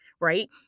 Right